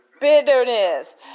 Bitterness